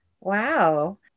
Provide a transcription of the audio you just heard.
Wow